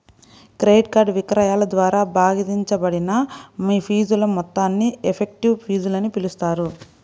credit card విక్రయాల ద్వారా భాగించబడిన మీ ఫీజుల మొత్తాన్ని ఎఫెక్టివ్ ఫీజులని పిలుస్తారు